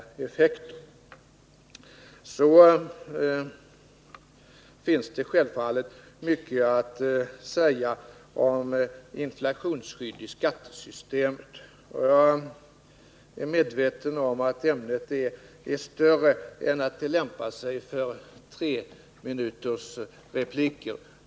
Det finns självfallet mycket att säga om inflationsskydd i skattesystemet. Jag är medveten om att ämnet är större än att det lämpar sig för treminutersrepliker.